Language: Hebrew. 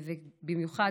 ובמיוחד,